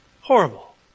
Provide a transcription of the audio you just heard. Horrible